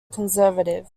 conservative